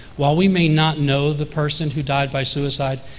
while we may not know the person who died by suicide,